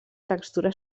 textura